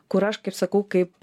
kur aš kaip sakau kaip